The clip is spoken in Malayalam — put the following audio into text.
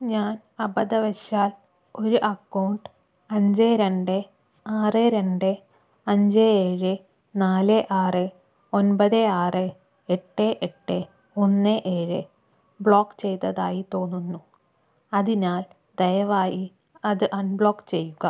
ഞാൻ അബദ്ധവശാൽ ഒരു അക്കൗണ്ട് അഞ്ച് രണ്ട് ആറ് രണ്ട് അഞ്ച് ഏഴ് നാല് ആറ് ഒൻപത് ആറ് എട്ട് എട്ട് ഒന്ന് ഏഴ് ബ്ലോക്ക് ചെയ്തതായി തോന്നുന്നു അതിനാൽ ദയവായി അത് അൺബ്ലോക്ക് ചെയ്യുക